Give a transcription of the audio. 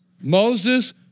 Moses